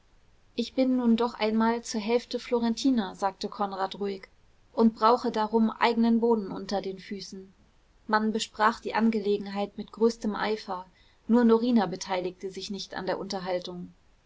ich bin nun doch einmal zur hälfte florentiner sagte konrad ruhig und brauche darum eigenen boden unter den füßen man besprach die angelegenheit mit größtem eifer nur norina beteiligte sich nicht an der unterhaltung